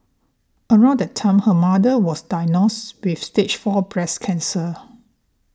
around that time her mother was diagnosed with Stage Four breast cancer